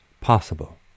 possible